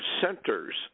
centers